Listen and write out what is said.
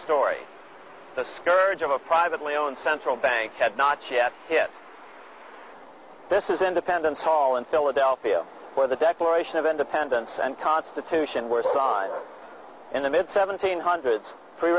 story the scourge of a privately owned central bank had not yet yes this is independence hall in philadelphia where the declaration of independence and constitution were in the mid seventeen hundreds pre